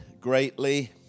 greatly